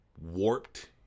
warped